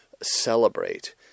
celebrate